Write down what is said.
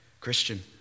Christian